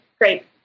Great